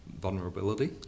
Vulnerability